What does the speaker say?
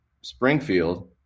Springfield